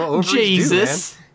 Jesus